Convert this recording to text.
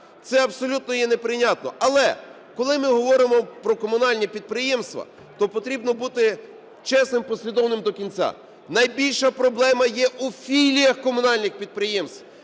це абсолютно є неприйнятно. Але, коли ми говоримо про комунальні підприємства, то потрібно бути чесним і послідовним до кінця. Найбільша проблема є у філіях комунальних підприємств,